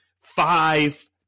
five